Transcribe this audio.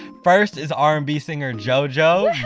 first, is r and b singer jojo!